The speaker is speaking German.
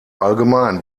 allgemein